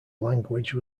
language